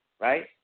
right